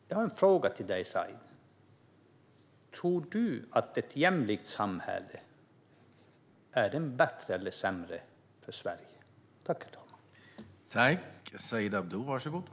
Jag har en fråga till dig, Said: Tror du att ett jämlikt samhälle är bättre eller sämre för Sverige?